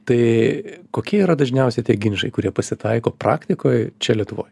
tai kokie yra dažniausiai tie ginčai kurie pasitaiko praktikoj čia lietuvoj